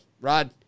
rod